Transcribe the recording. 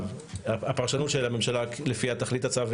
הוא שהפרשנות של הממשלה לפי תכלית הצו,